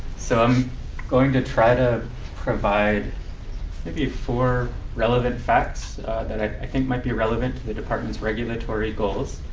so i'm going to try to provide maybe four relevant facts that i think might be relevant to the department's regulatory goals,